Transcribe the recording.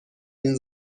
این